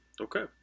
Okay